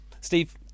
Steve